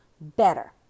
better